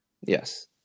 Yes